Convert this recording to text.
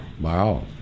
Wow